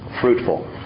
fruitful